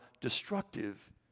destructive